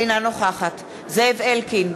אינה נוכחת זאב אלקין,